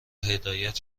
هدایت